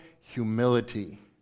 humility